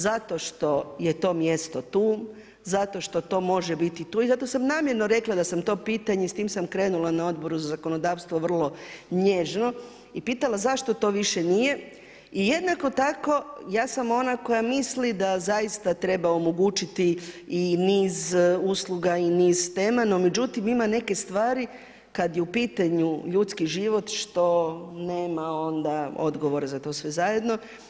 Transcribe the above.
Zato što je to mjesto tu, zato što može biti tu i zato sam namjerno rekla da sam to pitanje i s tim krenula na Odboru za zakonodavstvo vrlo nježno i pitala zašto to više nije i jednako tako ja sam ona koja misli da zaista treba omogućiti i niz usluga i niz tema no međutim ima neke stvari kad je u pitanju ljudski život, što nema onda odgovor za to sve zajedno.